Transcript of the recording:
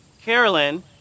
Carolyn